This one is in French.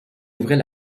ouvrait